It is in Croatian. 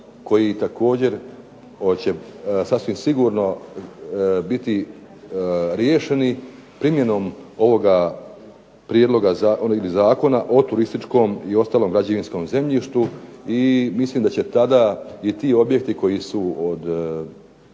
koji također hoće sasvim sigurno biti riješeni primjenom ovoga prijedloga zakona o turističkom i ostalom građevinskom zemljištu. I mislim da će tada i ti objekti koji su od